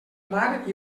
mar